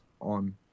on